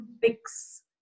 fix